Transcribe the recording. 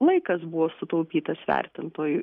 laikas buvo sutaupytas vertintojų